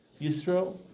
Yisro